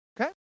Okay